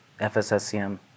FSSCM